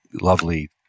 lovely